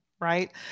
Right